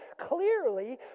clearly